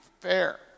fair